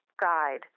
guide